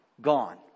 gone